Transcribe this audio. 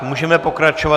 Můžeme pokračovat?